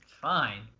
Fine